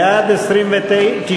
בעד, 29,